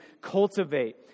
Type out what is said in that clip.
cultivate